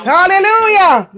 Hallelujah